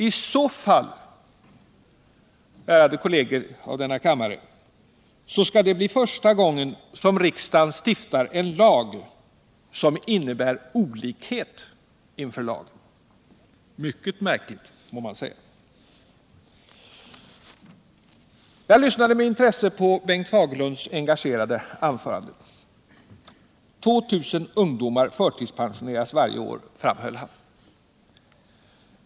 I så fall, ärade kolleger i denna kammare, blir det första gången riksdagen stiftar en lag som stadgar olikhet inför lagen. Mycket märkligt, må man säga! Jag lyssnade med intresse på Bengt Fagerlunds engagerade anförande. 2 000 ungdomar förtidspensioneras varje år, framhöll han.